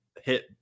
hit